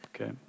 okay